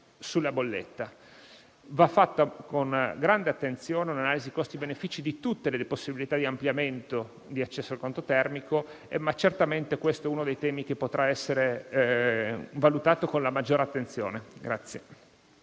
sulla bolletta. Va fatta con grande attenzione un'analisi costi-benefici di tutte le possibilità di ampliamento di accesso al conto termico e certamente questo è uno dei temi che potrà essere valutato con maggiore attenzione.